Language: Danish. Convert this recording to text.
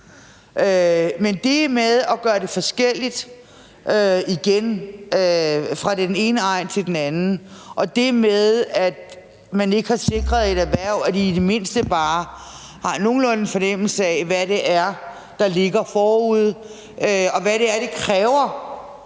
Men det med igen at gøre det forskelligt fra den ene egn til den anden og det med, at man ikke har sikret et erhverv, at de i det mindste bare har en nogenlunde fornemmelse af, hvad det er, der ligger forude, og hvad det er, det kræver,